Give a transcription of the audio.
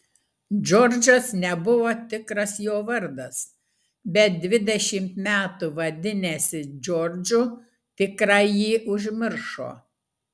džordžas nebuvo tikras jo vardas bet dvidešimt metų vadinęsis džordžu tikrąjį užmiršo